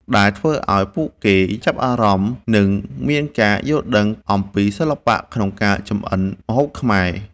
ដែលធ្វើឲ្យពួកគេចាប់អារម្មណ៍ និងមានការយល់ដឹងអំពីសិល្បៈក្នុងការចម្អិនម្ហូបខ្មែរ។